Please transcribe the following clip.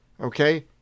Okay